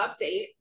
update